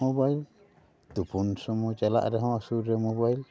mobile ᱛᱩᱯᱩᱱ ᱥᱚᱢᱚᱭ ᱪᱟᱞᱟᱜ ᱨᱮᱦᱚᱸ ᱢᱳᱵᱟᱭᱤᱞ